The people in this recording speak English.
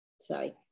sorry